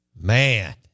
Man